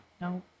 No